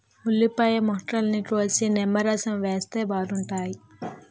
ఉల్లిపాయ ముక్కల్ని కోసి నిమ్మరసం వేస్తే బాగుంటాయి